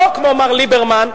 לא כמו מר ליברמן,